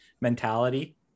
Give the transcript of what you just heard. mentality